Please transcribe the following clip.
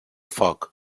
foc